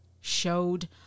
showed